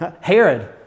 Herod